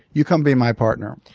you come be my partner.